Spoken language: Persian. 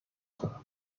کنم